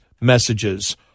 messages